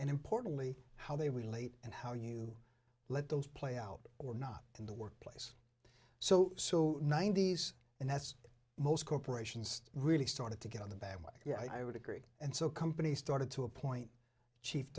and importantly how they relate and how you let those play out or not in the workplace so so ninety's and as most corporations really started to get out the bad ones yeah i would agree and so companies started to appoint ch